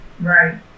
Right